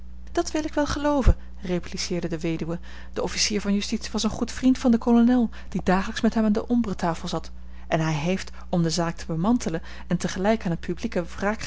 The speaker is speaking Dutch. dat wil ik wel gelooven repliceerde de weduwe de officier van justitie was een goed vriend van den kolonel die dagelijks met hem aan de ombretafel zat en hij heeft om de zaak te bemantelen en tegelijk aan het publieke